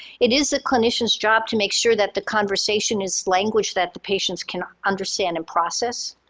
it is the clinician's job to make sure that the conversation is language that the patients can understand and process.